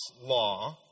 law